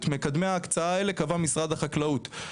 את מקדמי ההקצאה האלו קבע משרד החקלאות.